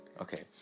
Okay